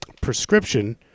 prescription